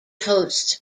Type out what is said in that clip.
hosts